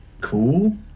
Cool